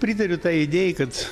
pritariu tai idėjai kad